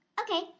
Okay